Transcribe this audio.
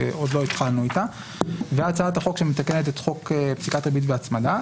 שעוד לא התחלנו איתה; והצעת החוק שמתקנת את חוק פסיקת ריבית והצמדה,